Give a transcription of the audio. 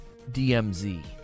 DMZ